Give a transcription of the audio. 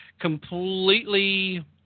completely